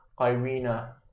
Irina